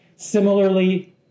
Similarly